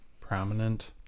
Prominent